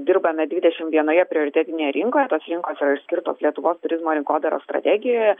dirbame dvidešimt vienoje prioritetinėje rinkoje tos rinkos yra skirtos lietuvos turizmo rinkodaros strategijoje